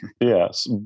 Yes